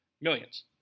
Millions